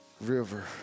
river